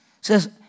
Says